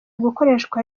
gukoreshwa